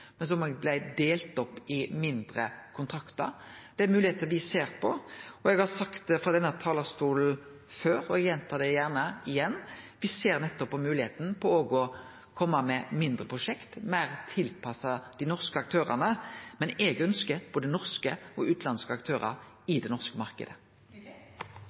men som blei delt opp i mindre kontraktar. Det er moglegheiter me ser på. Eg har sagt det frå denne talarstolen før, og eg gjentar det gjerne igjen: Me ser nettopp på moglegheita for òg å kome med mindre prosjekt, meir tilpassa dei norske aktørane, men eg ønskjer både norske og utanlandske aktørar